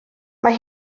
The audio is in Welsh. mae